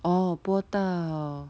orh 播到